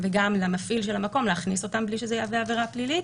וגם למפעיל של המקום להכניס אותם בלי שזה יהווה עבירה פלילית.